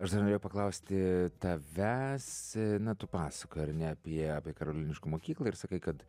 aš dar norėjau paklausti tavęs na tu pasakoji ar ne apie apie karoliniškių mokyklą ir sakai kad